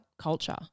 culture